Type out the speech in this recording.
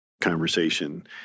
conversation